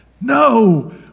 No